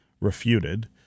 refuted